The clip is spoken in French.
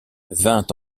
vint